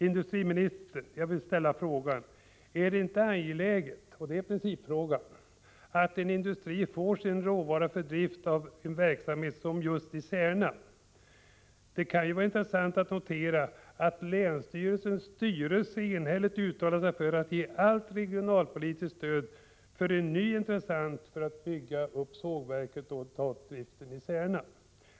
Industriministern, jag vill ställa frågan: Är det inte angeläget — detta är principfrågan — att en industri får sin råvara för drift av en verksamhet som just den i Särna? Det kan vara intressant att notera att länsstyrelsens styrelse enhälligt har uttalat sig för att ge allt regionalpolitiskt stöd till en ny intressent för att bygga upp sågverket och ta upp driften i Särna.